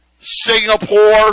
Singapore